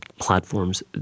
platforms